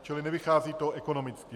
Čili nevychází to ekonomicky.